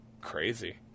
crazy